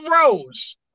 Rose